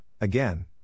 again